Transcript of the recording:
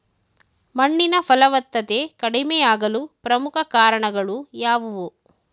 ಮಣ್ಣಿನ ಫಲವತ್ತತೆ ಕಡಿಮೆಯಾಗಲು ಪ್ರಮುಖ ಕಾರಣಗಳು ಯಾವುವು?